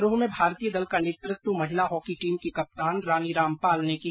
समापन समारोह में भारतीय दल का नेतृत्व महिला हॉकी टीम की कप्तान रानी रामपाल ने किया